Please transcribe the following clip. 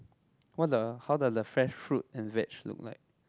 what the how the the fresh fruit and veg look like